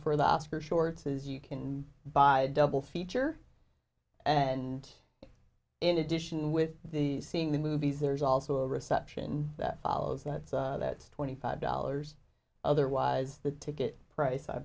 for the oscar shorts is you can buy a double feature and in addition with these seeing the movies there's also a reception that follows that that's twenty five dollars otherwise the ticket price i